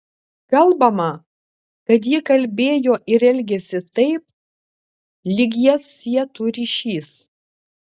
kalbama kad ji kalbėjo ir elgėsi taip lyg jas sietų ryšys